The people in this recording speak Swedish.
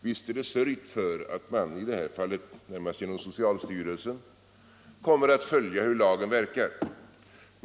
Visst är det sörjt för att man i det här fallet, närmast genom socialstyrelsen, kommer att följa hur lagen verkar.